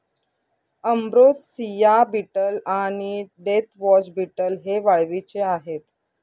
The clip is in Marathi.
अंब्रोसिया बीटल आणि डेथवॉच बीटल हे वाळवीचे आहेत